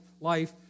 life